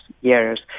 years